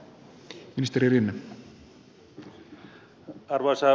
arvoisa puhemies